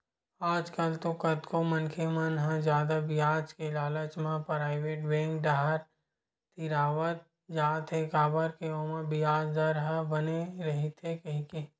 आजकल तो कतको मनखे मन ह जादा बियाज के लालच म पराइवेट बेंक डाहर तिरावत जात हे काबर के ओमा बियाज दर ह बने रहिथे कहिके